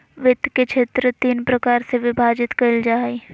वित्त के क्षेत्र तीन प्रकार से विभाजित कइल जा हइ